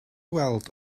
weld